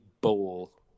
bowl –